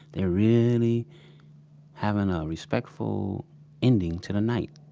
they're really having a respectful ending to the night.